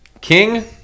king